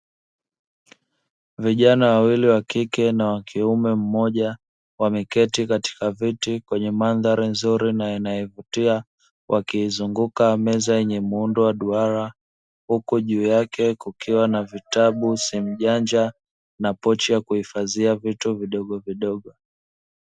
Vijana wawili wa kike na wa kiume mmoja; wameketi katika viti kwenye mandhari nzuri na inayovutia wakiizunguka meza yenye muundo wa duara, huku juu yake kukiwa na vitabu, simu janja na pochi ya kuhifadhia vitu vidogovidogo.